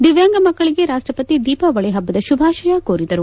ದಿವ್ನಾಂಗ ಮಕ್ಕಳಿಗೆ ರಾಷ್ಟಪತಿ ದೀಪಾವಳಿ ಹಬ್ಲದ ಶುಭಾಶಯ ಕೋರಿದರು